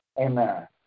Amen